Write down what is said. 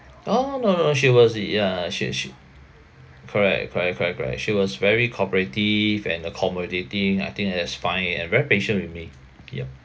oh no no no she was the ya she she correct correct correct correct she was very cooperative and accommodating I think as fine and very patient with me ya